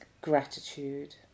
gratitude